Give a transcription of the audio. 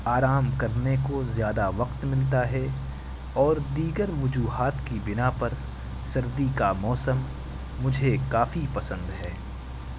آرام کرنے کو زیادہ وقت ملتا ہے اور دیگر وجوہات کی بنا پر سردی کا موسم مجھے کافی پسند ہے